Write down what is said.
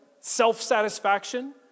self-satisfaction